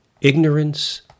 ignorance